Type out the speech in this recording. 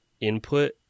input